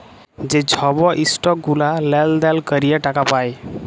যে ছব ইসটক গুলা লেলদেল ক্যরে টাকা পায়